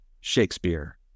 Shakespeare